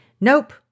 nope